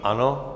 Ano.